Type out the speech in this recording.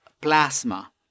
plasma